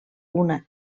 una